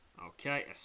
Okay